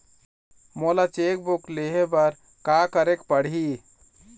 मोला cheque book लेहे बर का केरेक पढ़ही?